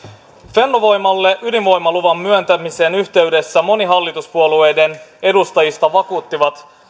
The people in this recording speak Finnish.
fennovoiman ydinvoimaluvan myöntämisen yhteydessä moni hallituspuolueiden edustajista vakuutti